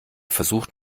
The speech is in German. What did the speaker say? versucht